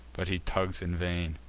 but he tugs in vain.